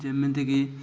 ଯେମିତି କିି